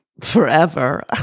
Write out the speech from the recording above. forever